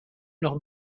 leurs